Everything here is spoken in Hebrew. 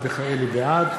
בעד